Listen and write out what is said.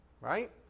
Right